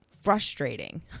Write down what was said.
frustrating